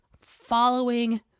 following